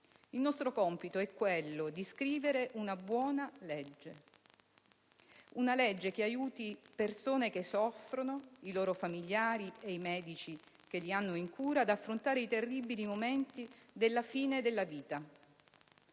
Il nostro compito è quello di scrivere una buona legge, che aiuti persone che soffrono, i loro familiari e i medici che li hanno in cura ad affrontare i terribili momenti della fine della vita.